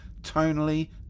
Tonally